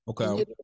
Okay